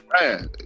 Man